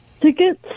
tickets